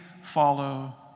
follow